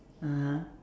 (uh huh)